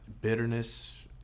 Bitterness